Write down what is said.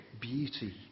beauty